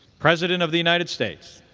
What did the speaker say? president of the united states.